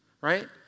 right